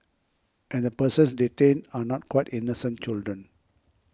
and the persons detained are not quite innocent children